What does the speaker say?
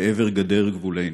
לעבר גדר גבולנו.